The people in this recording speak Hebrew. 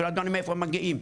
כי לא ידענו מאיפה הם מגיעים,